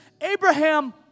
Abraham